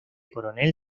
coronel